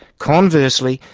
conversely,